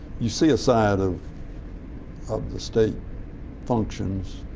you see a side of of the state functions,